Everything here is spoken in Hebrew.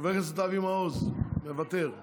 חבר הכנסת אבי מעוז, מוותר,